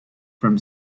from